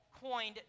coined